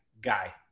guy